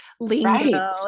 lingo